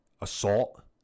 assault